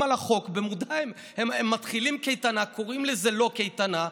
הקורונה היא לא אשמת הממשלה,